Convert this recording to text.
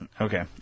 Okay